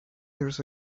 years